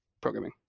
programming